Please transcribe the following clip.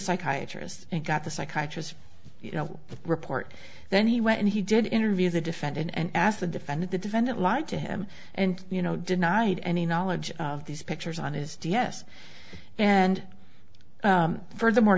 psychiatrist and got the psychiatrist you know the report then he went and he did interview the defendant and asked the defendant the defendant lied to him and you know denied any knowledge of these pictures on his d s and furthermore